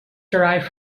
derived